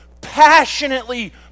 Passionately